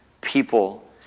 people